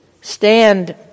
stand